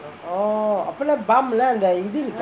oh அப்போலாம்:appolaam lah அந்த இது:antha ithu